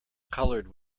colored